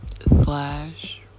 slash